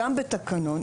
גם בתקנון,